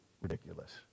ridiculous